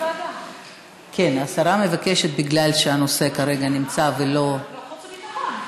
השרה מבקשת, בגלל שהנושא כרגע נמצא, חוץ וביטחון.